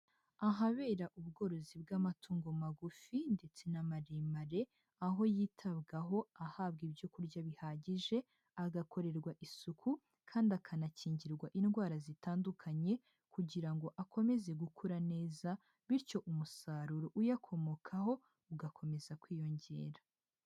Ahabera ubworozi bw'amatungo magufi ndetse n'amaremare, aho yitabwaho ahabwa ibyo kurya bihagije, agakorerwa isuku, kandi akanakingirwa indwara zitandukanye, kugira ngo akomeze gukura neza, bityo umusaruro uyakomokaho, ugakomeza kwiyongera.